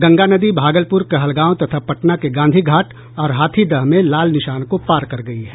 गंगा नदी भागलपुर कहलगांव तथा पटना के गांधी घाट और हाथीदह में लाल निशान को पार कर गयी है